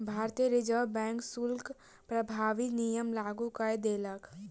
भारतीय reserve bank शुल्क प्रभावी नियम लागू कय देलक